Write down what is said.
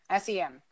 SEM